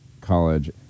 college